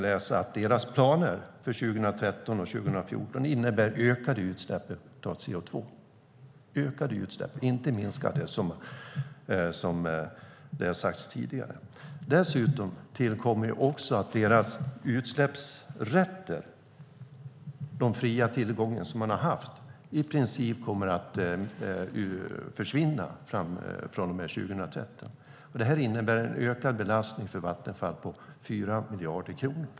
Vattenfalls planer för 2013 och 2014 innebär också ökade utsläpp av CO2 - ökade utsläpp, inte minskade som det har sagts tidigare. Dessutom kommer deras utsläppsrätter, den fria tillgång som man har haft, i princip att försvinna från och med 2013. Det innebär en ökad ekonomisk belastning för Vattenfall på 4 miljarder kronor.